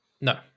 No